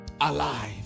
alive